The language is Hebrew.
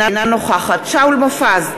אינה נוכחת שאול מופז,